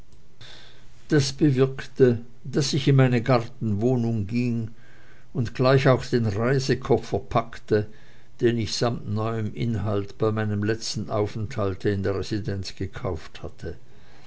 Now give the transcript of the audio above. das bewirkte daß ich in meine gartenwohnung ging und gleich auch den reisekoffer packte den ich samt neuem inhalt bei meinem letzten aufenthalt in der residenz gekauft hatte